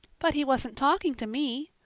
but he wasn't talking to me,